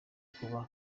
kuba